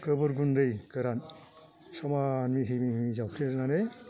गोबोर गुन्दै गोरान समान मिहि मिहि जावफ्लेनानै